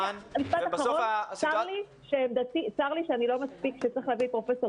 צר לי שאני לא מספיקה וצריך לביא את פרופסור